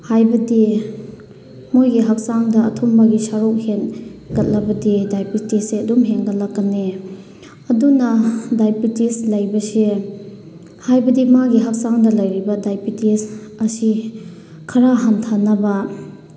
ꯍꯥꯏꯕꯗꯤ ꯃꯣꯏꯒꯤ ꯍꯛꯆꯥꯡꯗ ꯑꯊꯨꯝꯕꯒꯤ ꯁꯔꯨꯛ ꯍꯦꯟꯒꯠꯂꯕꯗꯤ ꯗꯥꯏꯕꯤꯇꯤꯁꯁꯦ ꯑꯗꯨꯝ ꯍꯦꯟꯒꯠꯂꯛꯀꯅꯤ ꯑꯗꯨꯅ ꯗꯥꯏꯕꯤꯇꯤꯁ ꯂꯩꯕꯁꯦ ꯍꯥꯏꯕꯗꯤ ꯃꯥꯒꯤ ꯍꯛꯆꯥꯡꯗ ꯂꯩꯔꯤꯕ ꯗꯥꯏꯕꯤꯇꯤꯁ ꯑꯁꯤ ꯈꯔ ꯍꯟꯊꯅꯕ